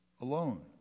alone